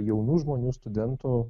jaunų žmonių studentų